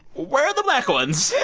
where the black ones?